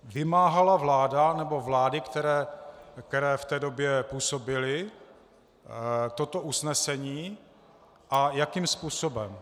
Vymáhala vláda nebo vlády, které v té době působily, toto usnesení a jakým způsobem?